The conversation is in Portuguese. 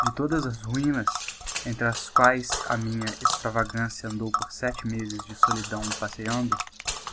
de todas as ruinas entre as quaes a minha extravagância andou por sete mezes de solidão passeiando